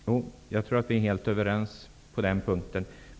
Herr talman! Jag tror att vi är överens på den punkten.